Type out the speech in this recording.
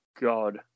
God